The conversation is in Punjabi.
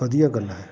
ਵਧੀਆ ਗੱਲ ਹੈ